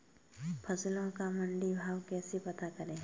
फसलों का मंडी भाव कैसे पता करें?